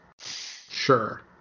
sure